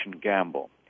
Gamble